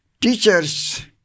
teachers